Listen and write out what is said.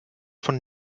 von